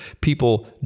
People